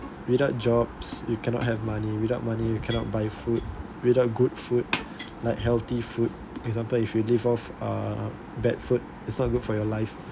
without jobs you cannot have money without money you cannot buy food without good food like healthy food example if you live off uh bad food it's not good for your life